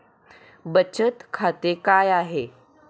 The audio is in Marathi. बचत खाते काय आहे?